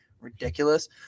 ridiculous